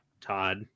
Todd